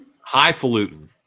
Highfalutin